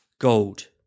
Gold